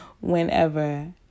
Whenever